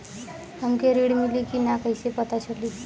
हमके ऋण मिली कि ना कैसे पता चली?